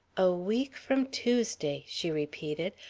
a week from tuesday, she repeated.